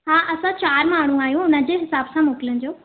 हा असां चार माण्हू आहियूं हुन जे हिसाबु सां मोकिलिजो